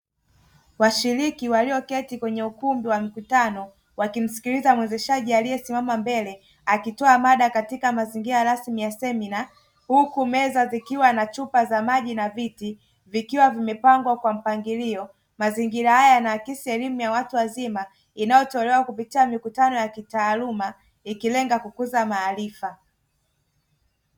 Washiriki walioketi kwenye ukumbi wa mikutano wakimsikiliza mwezeshaji aliyesimama mbele akitoa mada katika mazingira rasmi ya semina, huku meza zikiwa na chupa za maji na viti vikiwa vimepangwa kwa mpangilio. Mazingira haya yanaakisi elimu ya watu wazima inayotolewa kupitia mikutano ya kitaaluma ikilenga kukuza maarifa.